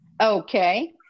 okay